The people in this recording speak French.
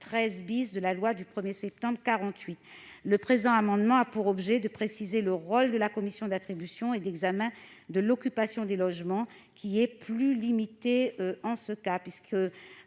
13 de la loi du 1 septembre 1948. Le présent amendement a pour objet de préciser le rôle de la commission d'attribution et d'examen de l'occupation des logements, qui est plus limité en ce cas.